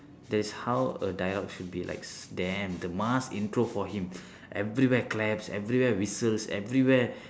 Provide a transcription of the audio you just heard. that's a how a dialogue should be like damn the mass intro for him everywhere claps everywhere whistles everywhere